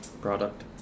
product